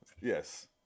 Yes